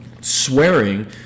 swearing